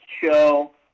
show